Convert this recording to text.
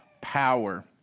power